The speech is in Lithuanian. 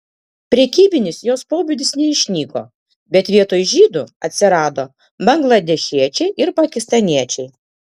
prekybinis jos pobūdis neišnyko bet vietoj žydų atsirado bangladešiečiai ir pakistaniečiai